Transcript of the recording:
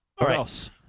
right